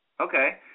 Okay